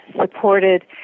supported